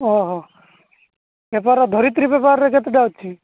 ଓ ହୋ paper Dharitri paper ରେ କେତେଟା ଅଛି